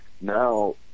Now